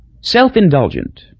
self-indulgent